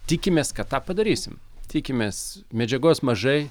tikimės kad tą padarysim tikimės medžiagos mažai